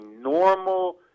normal